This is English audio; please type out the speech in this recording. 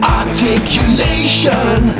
articulation